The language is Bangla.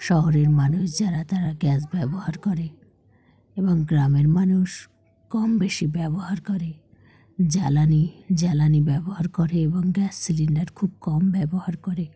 শহরের মানুষ যারা তারা গ্যাস ব্যবহার করে এবং গ্রামের মানুষ কম বেশি ব্যবহার করে জ্বালানি জ্বালানি ব্যবহার করে এবং গ্যাস সিলিন্ডার খুব কম ব্যবহার করে